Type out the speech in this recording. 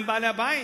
הם בעלי הבית.